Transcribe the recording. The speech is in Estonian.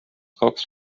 kaks